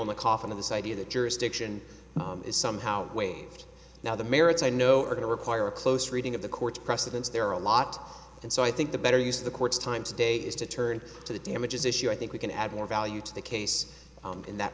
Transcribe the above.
in the coffin of this idea that jurisdiction is somehow waived now the merits i know are going to require a close reading of the court's precedents there are a lot and so i think the better use of the court's time today is to turn to the damages issue i think we can add more value to the case in that